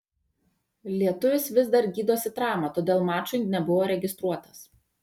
lietuvis vis dar gydosi traumą todėl mačui nebuvo registruotas